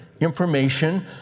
information